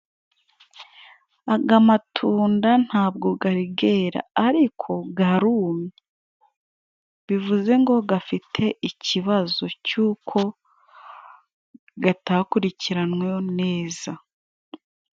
Aga matunda ntabwo garigera ariko garumye bivuze ngo gafite ikibazo cy'uko gatakurikiranyweho neza.